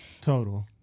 Total